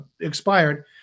expired